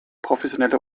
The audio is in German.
professionelle